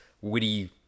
witty